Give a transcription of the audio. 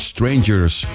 Strangers